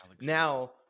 Now